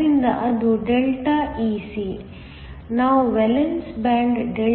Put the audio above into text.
ಆದ್ದರಿಂದ ಅದು Δ Ec ನಾವು ವೇಲೆನ್ಸ್ ಬ್ಯಾಂಡ್ Δ